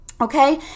Okay